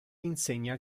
insegna